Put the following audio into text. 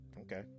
okay